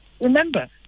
Remember